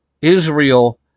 Israel